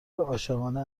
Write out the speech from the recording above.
عاشقانه